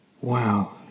wow